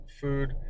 food